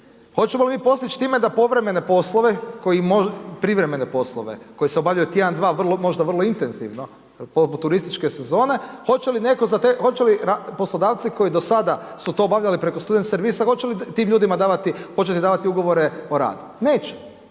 hoćemo li mi postići time da povremene poslove koje, privremene poslove koji se obavljaju tjedan, dva, možda vrlo intenzivno poput turističke sezone, hoće li netko, hoće li poslodavci koji do sada su to obavljali preko student servisa hoće li tim ljudima davati, hoće li davati ugovore o radu? Neće.